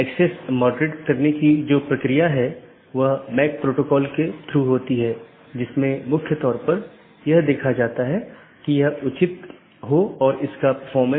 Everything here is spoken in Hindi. हम बताने की कोशिश कर रहे हैं कि राउटिंग प्रोटोकॉल की एक श्रेणी इंटीरियर गेटवे प्रोटोकॉल है